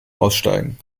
aussteigen